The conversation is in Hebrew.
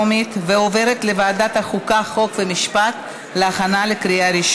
לוועדת החוקה, חוק ומשפט נתקבלה.